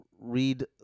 read